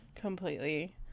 completely